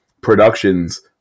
productions